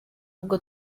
bwo